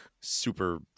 super